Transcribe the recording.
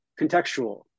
contextual